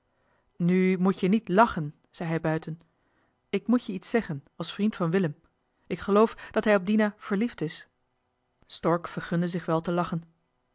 nu moet je niet lachen zei hij buiten ik moet je iets zeggen als vriend van willem k geloof dat hij op dina verliefd is stork vergunde zich wel te lachen